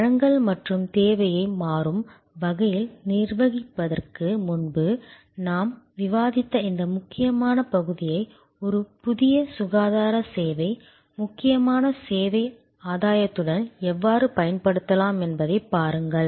வழங்கல் மற்றும் தேவையை மாறும் வகையில் நிர்வகிப்பதற்கு முன்பு நாம் விவாதித்த இந்த முக்கியமான பகுதியை ஒரு புதிய சுகாதார சேவை முக்கியமான சேவை ஆதாயத்துடன் எவ்வாறு பயன்படுத்தலாம் என்பதைப் பாருங்கள்